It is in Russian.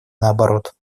наоборот